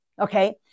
okay